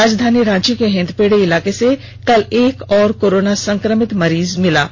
राजधानी रांची के हिंदपीढ़ी इलाके से कल एक और कोरोना संक्रमित मरीज मिला हैं